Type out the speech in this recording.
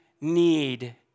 need